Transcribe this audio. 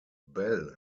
bell